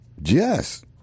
Yes